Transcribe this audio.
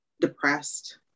depressed